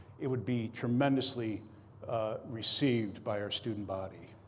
it would be tremendously received by our student body.